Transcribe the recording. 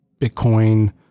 Bitcoin